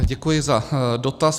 Děkuji za dotaz.